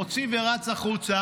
מוציא ורץ החוצה